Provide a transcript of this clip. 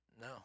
No